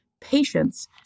patients